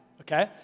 okay